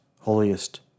holiest